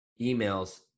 emails